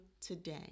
today